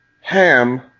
Ham